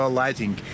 lighting